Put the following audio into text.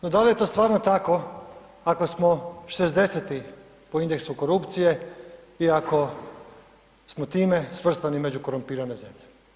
No da li je to stvarno tako ako smo 60. po indeksu korupcije i ako smo time svrstani među korumpirane zemlje?